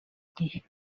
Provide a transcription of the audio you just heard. gihe